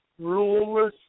ruleless